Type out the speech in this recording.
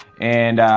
and, ah,